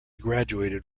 graduated